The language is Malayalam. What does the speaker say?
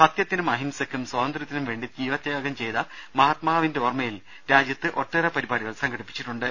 സത്യത്തിനും അഹിംസയ്ക്കും സ്വാതന്ത്ര്യത്തിനും വേണ്ടി ജീവത്യാഗം ചെയ്ത മഹാത്മാവിന്റെ ഓർമ്മയിൽ രാജ്യത്ത് ഒട്ടേറെ പരിപാടികൾ സംഘടിപ്പിച്ചിട്ടുണ്ട്